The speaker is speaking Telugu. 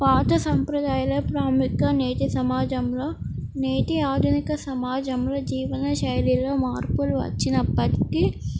పాత సంప్రదాయంలో ప్రాముఖ్యం నేటి సమాజంలో నేటి ఆధునిక సమాజంలో జీవన శైలిలో మార్పులు వచ్చినప్పటికీ